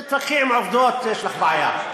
תתווכחי עם עובדות, יש לך בעיה.